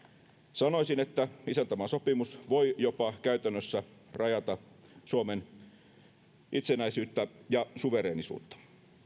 sanoisin että isäntämaasopimus voi jopa käytännössä rajata suomen itsenäisyyttä ja suvereenisuutta